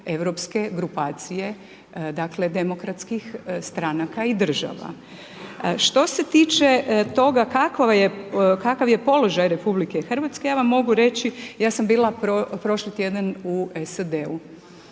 europske grupacije, dakle demokratskih stranaka i država. Što se tiče toga kakav je položaj RH, ja vam mogu reći, ja sam bila prošli tjedan u SAD-u.